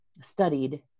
studied